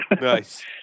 Nice